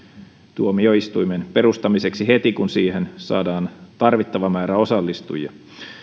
tuomioistuimen perustamiseksi heti kun siihen saadaan tarvittava määrä osallistujia